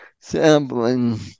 sampling